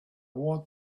want